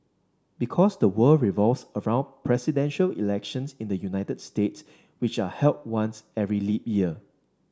because the world revolves around Presidential Elections in the United States which are held once every leap year